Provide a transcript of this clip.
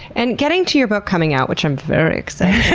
and getting to your book coming out, which i'm very excited